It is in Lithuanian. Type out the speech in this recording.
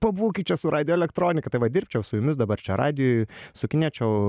pabūkit čia su radioelektronika tai va dirbčiau su jumis dabar čia radijuj sukinėčiau